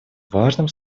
важным